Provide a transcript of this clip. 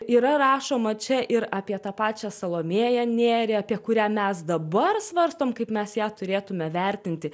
yra rašoma čia ir apie tą pačią salomėją nėrį apie kurią mes dabar svarstom kaip mes ją turėtume vertinti